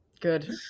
Good